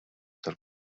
tal